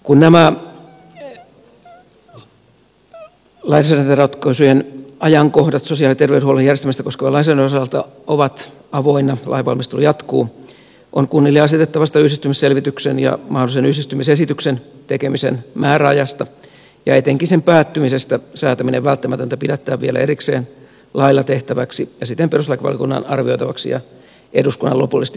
kun nämä lainsäädäntöratkaisujen ajankohdat sosiaali ja terveydenhuollon järjestämistä koskevan lainsäädännön osalta ovat avoinna lainvalmistelu jatkuu on kunnille asetettavasta yhdistymisselvityksen ja mahdollisen yhdistymisesityksen tekemisen määräajasta ja etenkin sen päättymisestä säätäminen välttämätöntä pidättää vielä erikseen lailla tehtäväksi ja siten perustuslakivaliokunnan arvioitavaksi ja eduskunnan lopullisesti hyväksyttäväksi